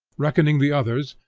reckoning the others,